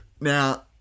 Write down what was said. Now